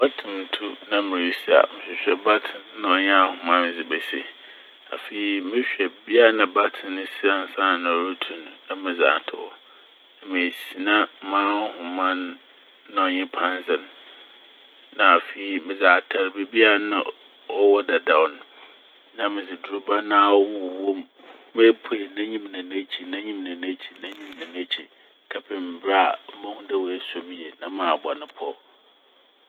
Batsem tu na mirisi a mehwehwɛ batsem na ɔnye ahoma a medze besi. Afei mehwɛ bea a na batsem ne si ansaana orutu n' na medze ato hɔ. Na mesina m'ahoma n' na ɔnye pandze n'. Na afei medze atar beebi a nna na ɔwɔ dedaw no na medze droba no awowɔ m' ma oepuei n'enyim na n'ekyir, n'enyim na n'ekyir, n'enyim na n'ekyir kɛpem ber a mohu dɛ oesuo mu yie na mabɔ no pɔw